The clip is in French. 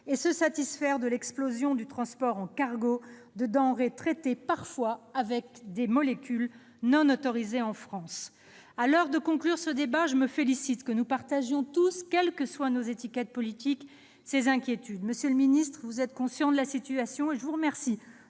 et se satisfaire de l'explosion du transport par cargo de denrées traitées parfois avec des molécules non autorisées en France ? À l'heure de conclure ce débat, je me félicite que nous partagions tous, quelles que soient nos étiquettes politiques, ces inquiétudes. Monsieur le ministre, vous êtes conscient de la situation et je vous remercie